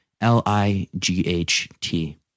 L-I-G-H-T